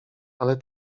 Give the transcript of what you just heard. ale